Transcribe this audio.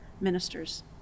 ministers